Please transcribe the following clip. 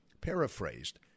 paraphrased